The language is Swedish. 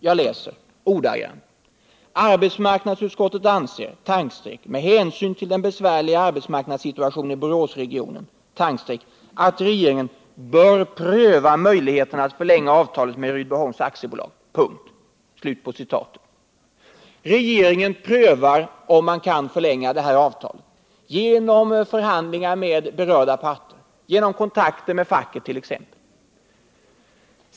Jag läser ordagrant: Arbetsmarknadsutskottet anser — med hänsyn till den besvärliga arbetsmarknadssituationen i Boråsregionen — att regeringen bör pröva möjligheterna att förlänga avtalet med Rydboholms AB. Regeringen prövar om man kan förlänga avtalet genom förhandlingar med berörda parter, genom kontakter med facket t.ex.